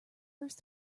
first